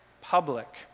public